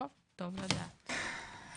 טוב לדעת.